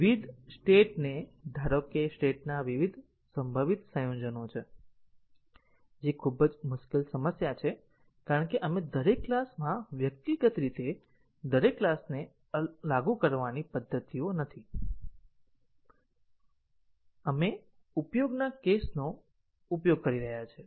વિવિધ સ્ટેટને ધારો કે સ્ટેટના વિવિધ સંભવિત સંયોજનો છે જે ખૂબ જ મુશ્કેલ સમસ્યા છે કારણ કે આપણે દરેક ક્લાસમાં વ્યક્તિગત રીતે દરેક ક્લાસને લાગુ કરવાની પદ્ધતિઓ નથી આપણે ઉપયોગના કેસનો ઉપયોગ કરી રહ્યા છીએ